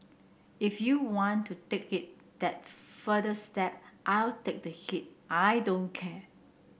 if you want to take it that further step I'll take the heat I don't care